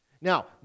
Now